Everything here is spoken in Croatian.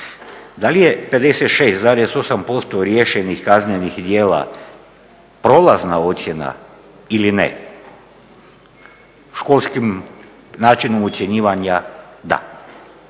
Da li je 56,8% riješenih kaznenih djela prolazna ocjena ili ne? Školskim načinom ocjenjivanja da.